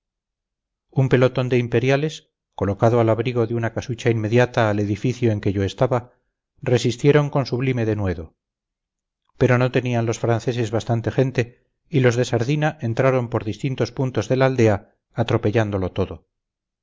un pelotón de imperiales colocado al abrigo de una casucha inmediata al edificio en que yo estaba resistieron con sublime denuedo pero no tenían los franceses bastante gente y los de sardina entraron por distintos puntos de la aldea atropellándolo todo